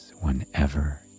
whenever